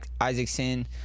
Isaacson